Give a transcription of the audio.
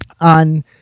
on